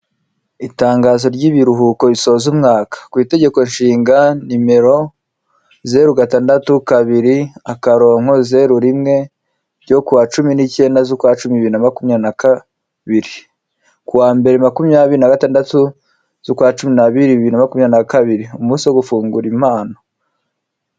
Itangazo ry'ibiruhuko risoza umwaka ku itegeko nshinga nimero zeru ,gatandatu, kabiri ,akaronko ,zeru ,rimwe ryo kuwa cumi nicyenda z'ukwacumi n'abiri na makumya n'akabiri ku wa mbere, makumyabiri na gatandatu z'ukwa cumi n'abiri na makumyabiri na kabiri umunsi wo gufungura impano.